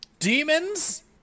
Demons